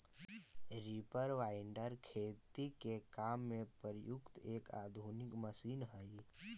reaper binder खेती के काम में प्रयुक्त एक आधुनिक मशीन हई